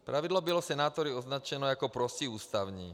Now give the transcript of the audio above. Pravidlo bylo senátory označeno jako protiústavní.